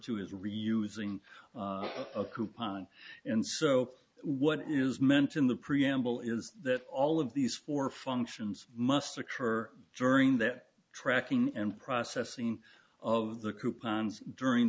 to as reusing a coupon and so what is meant in the preamble is that all of these four functions must occur during that tracking and processing of the coupons during